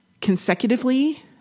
consecutively